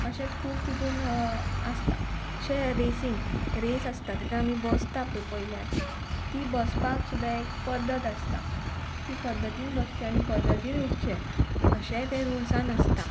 अशेंत खूब तितून आसता जशे रेसींग रेस आसता तितून आमी बसता पय पयल्यात ती बसपाक सुद्दां एक पद्दत आसता ती पद्दतीन बसचे आनी पद्दतीन उठचे अशेंय ते रुल्सान आसता